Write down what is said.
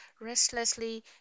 restlessly